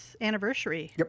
anniversary